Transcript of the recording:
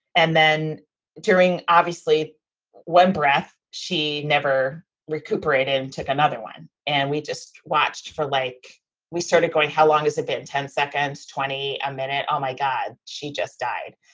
and then during obviously when breath, she never recuperated, took another one. and we just watched for like we started going. how long has it been? ten seconds. twenty a minute. oh, my god. she just died.